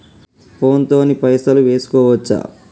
Phone తోని పైసలు వేసుకోవచ్చా?